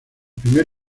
primer